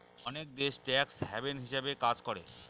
অনেক দেশ tax haven হিসাবে কাজ করে